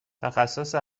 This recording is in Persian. تخصص